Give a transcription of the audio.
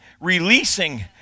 releasing